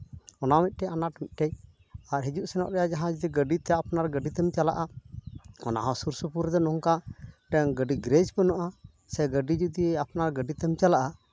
ᱚᱱᱟ ᱦᱚᱸ ᱢᱤᱫᱴᱮᱡ ᱟᱱᱟᱴ ᱢᱤᱫᱴᱮᱡ ᱟᱨ ᱦᱤᱡᱩᱜ ᱥᱮᱱᱚᱜ ᱨᱮᱭᱟᱜ ᱡᱟᱦᱟᱸᱱᱟᱜ ᱡᱩᱫᱤ ᱜᱟᱹᱰᱤ ᱪᱟᱜᱼᱟ ᱟᱯᱱᱟᱜ ᱟᱹᱰᱤᱛᱮᱢ ᱪᱟᱞᱟᱜᱼᱟᱚᱱᱟ ᱦᱚᱸ ᱥᱩᱨ ᱥᱩᱯᱩᱨ ᱨᱮᱜᱮ ᱱᱚᱝᱠᱟ ᱢᱤᱫᱛᱴᱮᱱ ᱜᱟᱹᱰᱤ ᱜᱮᱨᱮᱡ ᱢᱮᱱᱟᱜᱼᱟ ᱥᱮ ᱜᱟᱹᱰᱤ ᱡᱩᱫᱤ ᱟᱯᱱᱟᱨ ᱜᱟᱹᱰᱤ ᱛᱮᱢ ᱪᱟᱞᱟᱜᱼᱟ